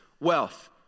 wealth